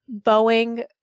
Boeing